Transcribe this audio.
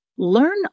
Learn